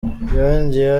yongeyeho